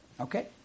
Okay